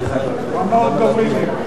אחריו,